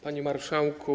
Panie Marszałku!